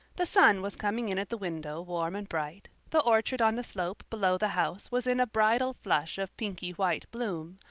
the sun was coming in at the window warm and bright the orchard on the slope below the house was in a bridal flush of pinky-white bloom,